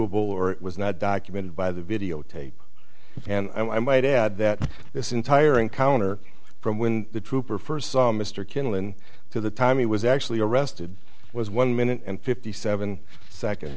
it was not documented by the videotape and i might add that this entire encounter from when the trooper first saw mr killen to the time he was actually arrested was one minute and fifty seven seconds